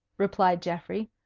replied geoffrey,